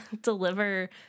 deliver